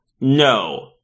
no